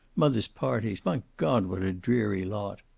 mother's parties my god, what a dreary lot!